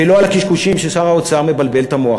ולא על הקשקושים ששר האוצר מבלבל את המוח